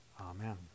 Amen